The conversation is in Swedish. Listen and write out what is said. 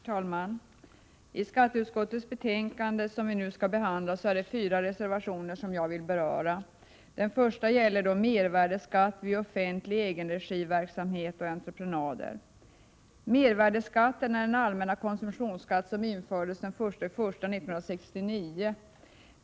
Herr talman! I det skatteutskottets betänkande som nu behandlas finns fyra reservationer som jag vill beröra. Den första gäller mervärdeskatt vid offentlig egenregiverksamhet och entreprenader. Mervärdeskatt är den allmänna konsumtionsskatt som infördes den 1 januari 1969.